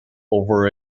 over